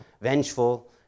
vengeful